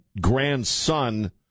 grandson